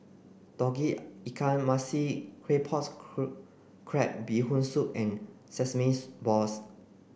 Tauge Ikan Masin Claypot crab Bee Hoon soup and sesames balls